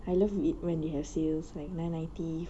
I love it when they have sales like nine~ ninety